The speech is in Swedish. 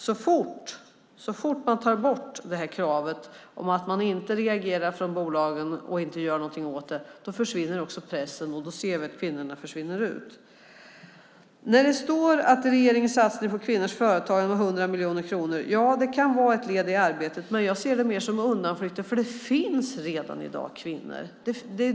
Så fort man tar bort det här kravet och bolagen inte reagerar och gör någonting åt det här försvinner pressen och vi ser att kvinnorna försvinner. Det står att regeringen satsar på kvinnors företagande med 100 miljoner kronor. Ja, det kan vara ett led i arbetet, men jag ser det mer som en undanflykt, för det finns redan i dag kompetenta kvinnor.